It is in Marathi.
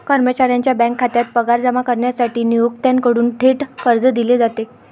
कर्मचाऱ्याच्या बँक खात्यात पगार जमा करण्यासाठी नियोक्त्याकडून थेट कर्ज दिले जाते